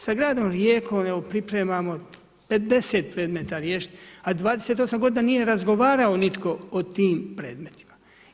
Sa gradom Rijekom pripremamo 50 predmeta riješiti, a 28 godina nije razgovarao nitko o tim predmetima.